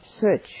search